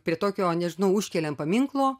prie tokio nežinau užkelia ant paminklo